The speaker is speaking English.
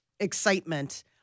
excitement